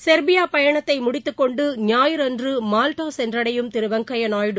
Serbia பயனத்தை முடித்துக்கொண்டு ஞாயிறன்று மால்டா சென்றடையும் திரு வெங்கைய்யா நாயுடு